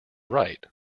right